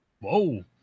Whoa